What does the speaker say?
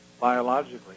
biologically